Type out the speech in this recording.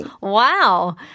Wow